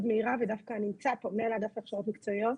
מהירה ודווקא נמצא פה מנהל האגף להכשרות מקצועיות,